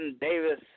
Davis